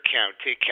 County